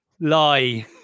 lie